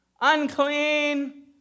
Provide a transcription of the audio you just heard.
unclean